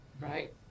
right